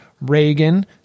reagan